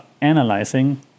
analyzing